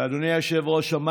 ואדוני היושב-ראש,